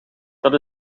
dat